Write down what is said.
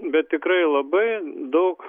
bet tikrai labai daug